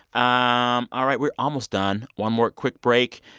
um all right. we're almost done. one more quick break.